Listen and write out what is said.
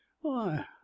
Why